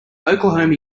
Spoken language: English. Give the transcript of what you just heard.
oklahoma